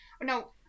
No